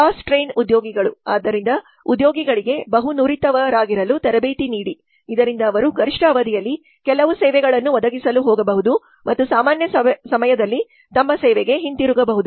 cross train ಉದ್ಯೋಗಿಗಳು ಆದ್ದರಿಂದ ಉದ್ಯೋಗಿಗಳಿಗೆ ಬಹು ನುರಿತವರಾಗಿರಲು ತರಬೇತಿ ನೀಡಿ ಇದರಿಂದ ಅವರು ಗರಿಷ್ಠ ಅವಧಿಯಲ್ಲಿ ಕೆಲವು ಸೇವೆಗಳನ್ನು ಒದಗಿಸಲು ಹೋಗಬಹುದು ಮತ್ತು ಸಾಮಾನ್ಯ ಸಮಯದಲ್ಲಿ ತಮ್ಮ ಸೇವೆಗೆ ಹಿಂತಿರುಗಬಹುದು